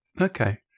Okay